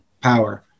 power